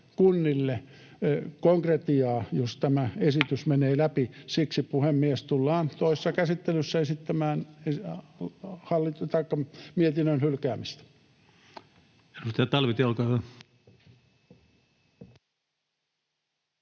kunnille konkretiaa, jos tämä esitys menee läpi. Siksi, puhemies, tulemme toisessa käsittelyssä esittämään mietinnön hylkäämistä. [Speech 141] Speaker: